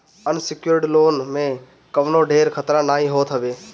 unsecured loan में कवनो ढेर खतरा नाइ होत हवे